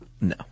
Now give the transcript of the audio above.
No